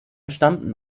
stammten